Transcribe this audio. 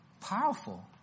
powerful